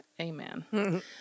Amen